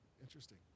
interesting